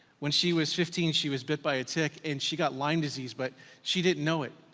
when she was fifteen, she was bit by a tick and she got lyme disease, but she didn't know it.